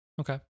Okay